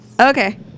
Okay